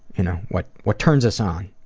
you know what what turns us on.